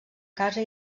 casa